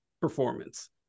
performance